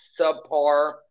subpar